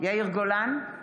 יאיר גולן,